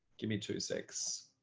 give me two secs.